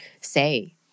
say